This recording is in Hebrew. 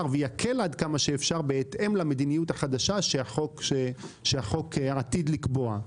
ויקל עד כמה שאפשר בהתאם למדיניות החדשה שהחוק עתיד לקבוע.